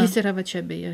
jis yra va čia beje